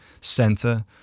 center